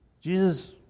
Jesus